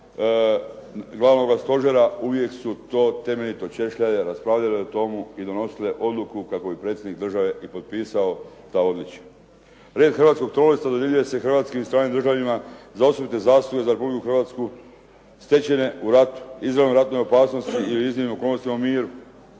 Glavnoga stožera uvijek su to temeljito češljale, raspravljale o tome i donosile odluku kako bi predsjednik države i potpisao ta odličja. Red hrvatskog …/Govornik se ne razumije./… dodjeljuje se hrvatskim i stranim državljanima za osobite zasluge za Republiku Hrvatsku stečene u radu, izravnoj ratnoj opasnosti ili iznimnim okolnostima u miru.